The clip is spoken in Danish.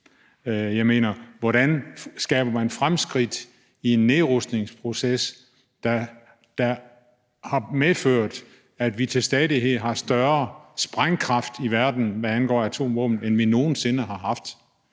gået i stå? Hvordan skaber man fremskridt i en nedrustningsproces, der har medført, at vi har større sprængkraft i verden, hvad angår atomvåben, end vi nogen sinde har haft?